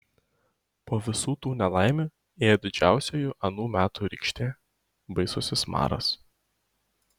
po visų tų nelaimių ėjo didžiausioji anų metų rykštė baisusis maras